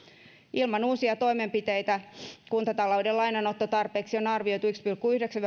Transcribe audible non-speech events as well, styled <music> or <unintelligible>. ilman uusia toimenpiteitä kuntatalouden lainanottotarpeeksi on arvioitu yksi pilkku yhdeksän <unintelligible>